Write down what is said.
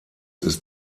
ist